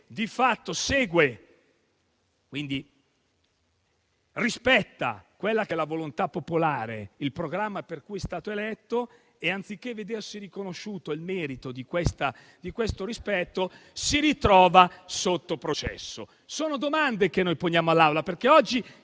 di fatto rispetta la volontà popolare e il programma per cui è stato eletto, ma, anziché vedersi riconosciuto il merito di questo rispetto, si ritrova sotto processo? Sono domande che noi poniamo all'Assemblea, perché oggi